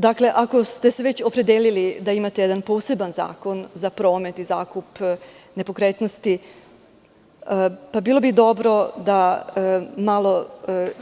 Dakle, ako ste se već opredelili da imate jedan poseban zakonza promet i zakup nepokretnosti, bilo bi dobro da